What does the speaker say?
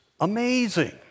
amazing